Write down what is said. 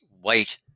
white